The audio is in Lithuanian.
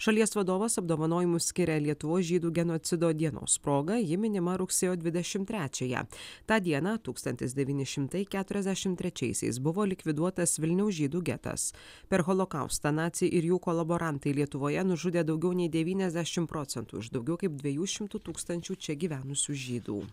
šalies vadovas apdovanojimus skiria lietuvos žydų genocido dienos proga ji minima rugsėjo dvidešimt trečiąją tą dieną tūkstantis devyni šimtai keturiasdešimt trečiaisiais buvo likviduotas vilniaus žydų getas per holokaustą naciai ir jų kolaborantai lietuvoje nužudė daugiau nei devyniasdešimt procentų iš daugiau kaip dviejų šimtų tūkstančių čia gyvenusių žydų